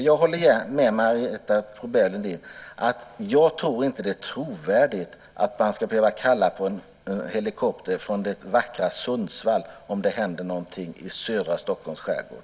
Jag håller med Marietta de Pourbaix-Lundin: Jag tror inte att det är trovärdigt att man ska behöva kalla på en helikopter från det vackra Sundsvall om det händer någonting i södra Stockholms skärgård.